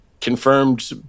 confirmed